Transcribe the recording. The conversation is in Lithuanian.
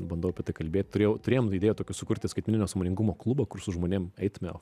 bandau apie tai kalbėt turėjau turėjom idėją tokį sukurti skaitmeninio sąmoningumo klubą kur su žmonėm eitume